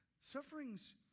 Sufferings